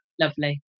Lovely